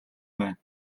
байна